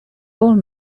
old